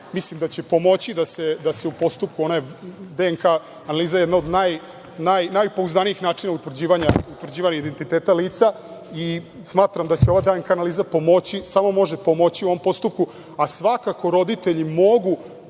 Mislim da će pomoći da se u postupku… DNK analiza je jedan od najpouzdanijih načina utvrđivanja identiteta lica i smatram da ova DNK analiza može samo pomoći u ovom postupku, a svakako roditelji mogu,